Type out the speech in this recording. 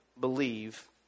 believe